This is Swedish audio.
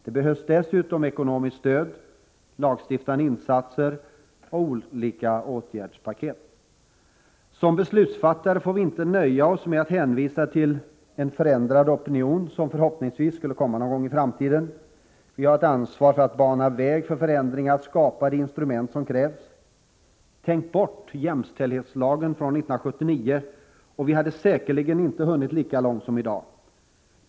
Det behövs dessutom ekonomiskt stöd, lagstiftande insatser och olika åtgärdspaket. Som beslutsfattare får vi inte nöja oss med att hänvisa till en förändrad opinion, som förhoppningsvis skulle komma någon gång i framtiden. Vi har ett ansvar för att bana väg för förändringar och för att skapa de instrument som krävs. Tänk bort jämställdhetslagen från 1979, och vi hade säkerligen inte hunnit lika långt som i dag.